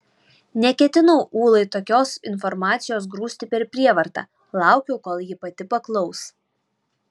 neketinau ulai tokios informacijos grūsti per prievartą laukiau kol ji pati paklaus